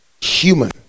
Human